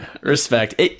respect